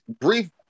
brief